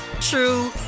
true